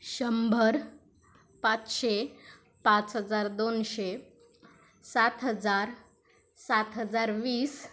शंभर पाचशे पाच हजार दोनशे सात हजार सात हजार वीस